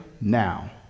now